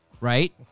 Right